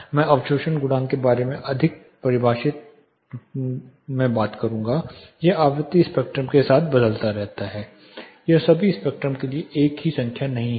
मैं अवशोषण गुणांक के बारे में अधिक परिभाषित और बात करूंगा यह आवृत्ति स्पेक्ट्रम के साथ बदलता रहता है यह सभी स्पेक्ट्रम के लिए एक ही संख्या नहीं है